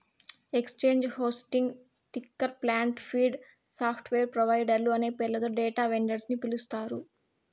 exchange hosting, ticker plant, feed, software ప్రొవైడర్లు అనే పేర్లతో డేటా వెండర్స్ ని పిలుస్తారు